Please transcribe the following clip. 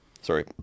sorry